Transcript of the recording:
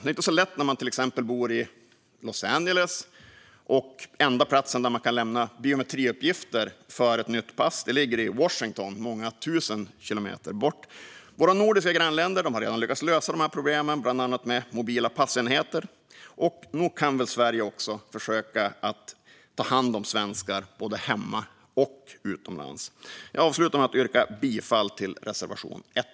Det är inte så lätt om man till exempel bor i Los Angeles och den enda plats där man kan lämna biometriuppgifter för ett nytt pass ligger i Washington, många tusen kilometer bort. Våra nordiska grannländer har redan lyckats lösa detta problem, bland annat med mobila passenheter. Nog kan väl Sverige också försöka att ta hand om svenskar både hemma och utomlands? Jag avslutar med att yrka bifall till reservation 1.